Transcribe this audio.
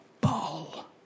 ball